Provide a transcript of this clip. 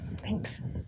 Thanks